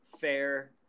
fair